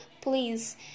please